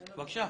אתי,